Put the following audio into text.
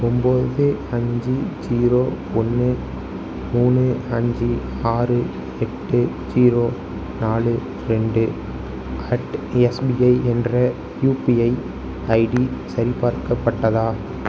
ஒன்போது அஞ்சு ஸீரோ ஒன்று மூணு அஞ்சு ஆறு எட்டு ஸீரோ நாலு ரெண்டு அட் எஸ்பிஐ என்ற யுபிஐ ஐடி சரிபார்க்கப்பட்டதா